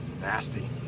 nasty